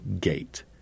gate